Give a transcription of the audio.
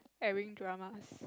airing dramas